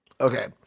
Okay